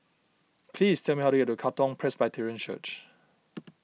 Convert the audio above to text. please tell me how to get to Katong Presbyterian Church